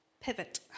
pivot